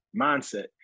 mindset